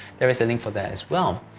there's a link for that as well.